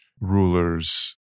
rulers